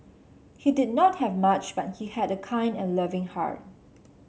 he did not have much but he had a kind and loving heart